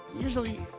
Usually